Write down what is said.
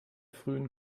frühen